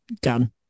done